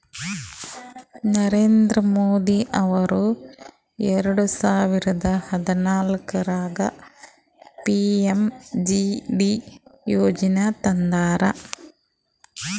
ನರೇಂದ್ರ ಮೋದಿ ಅವರು ಎರೆಡ ಸಾವಿರದ ಹದನಾಲ್ಕರಾಗ ಪಿ.ಎಮ್.ಜೆ.ಡಿ ಯೋಜನಾ ತಂದಾರ